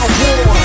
war